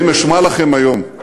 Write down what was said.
ואם אשמע לכם היום,